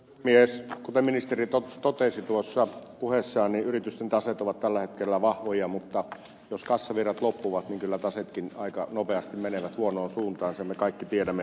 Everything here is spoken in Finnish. kuten ministeri totesi tuossa puheessaan yritysten taseet ovat tällä hetkellä vahvoja mutta jos kassavirrat loppuvat niin kyllä taseetkin aika nopeasti menevät huonoon suuntaan sen me kaikki tiedämme